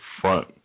front